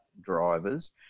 drivers